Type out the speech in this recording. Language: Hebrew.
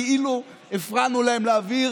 כאילו הפרענו להם להעביר